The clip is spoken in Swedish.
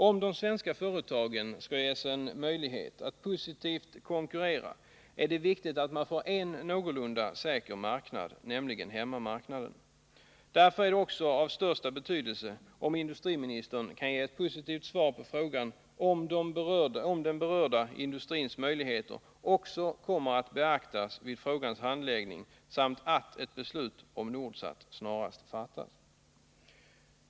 Om de svenska företagen skall ges en möjlighet att positivt konkurrera, är det viktigt att man får en någorlunda säker marknad — nämligen hemmamarknaden. Därför är det också av största betydelse om industriministern kan ge ett positivt svar på frågorna om den här berörda industrins möjligheter kommer att beaktas vid frågans handläggning samt om ett beslut om Nordsat snarast kommer att fattas.